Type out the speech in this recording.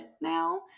now